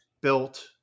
built